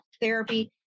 therapy